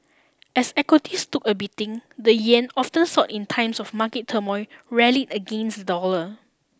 as equities took a beating the yen often sought in times of market turmoil rally against the dollar